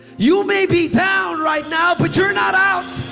you may be down right now, but you're not out.